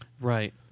Right